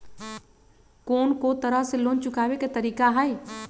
कोन को तरह से लोन चुकावे के तरीका हई?